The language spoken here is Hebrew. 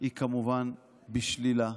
היא כמובן שלילית.